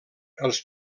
els